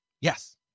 yes